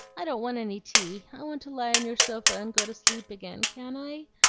i don't want any tea. i want to lie on your sofa and go to sleep again. can i?